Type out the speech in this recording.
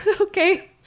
okay